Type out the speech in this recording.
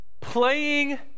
playing